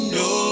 no